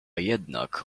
jednak